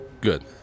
good